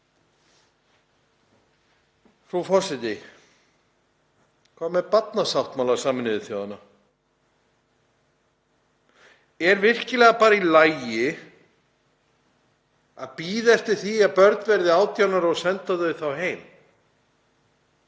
Frú forseti. Hvað með barnasáttmála Sameinuðu þjóðanna? Er virkilega bara í lagi að bíða eftir því að börn verði 18 ára og senda þau þá heim,